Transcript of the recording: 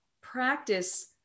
practice